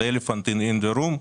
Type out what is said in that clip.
?elephant in the room from,